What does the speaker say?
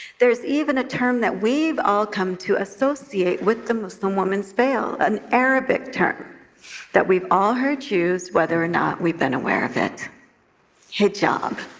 there is even a term that we've all come to associate with the muslim woman's veil, an arabic term that we've all heard use, whether or not we've been aware of it hijab.